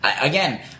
again